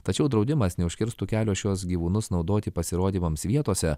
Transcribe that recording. tačiau draudimas neužkirstų kelio šiuos gyvūnus naudoti pasirodymams vietose